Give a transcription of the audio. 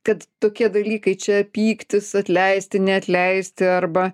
kad tokie dalykai čia pyktis atleisti neatleisti arba